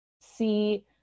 see